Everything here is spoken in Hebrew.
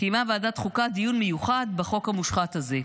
קיימה ועדת החוקה דיון מיוחד בחוק המושחת הזה,